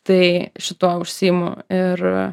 tai šituo užsiimu ir